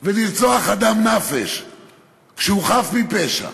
ולרצוח אדם נָפש כשהוא חף מפשע.